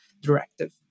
directive